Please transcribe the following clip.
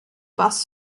bass